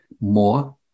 more